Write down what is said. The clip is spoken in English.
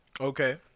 okay